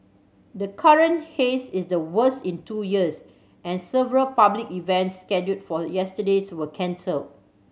the current haze is the worst in two years and several public events scheduled for yesterdays were cancelled